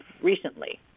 recently